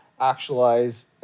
actualize